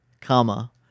comma